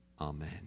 Amen